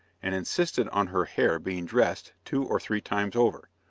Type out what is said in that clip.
and insisted on her hair being dressed two or three times over.